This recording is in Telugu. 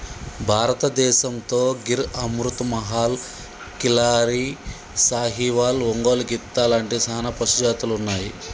భారతదేసంతో గిర్ అమృత్ మహల్, కిల్లారి, సాహివాల్, ఒంగోలు గిత్త లాంటి సానా పశుజాతులు ఉన్నాయి